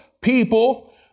people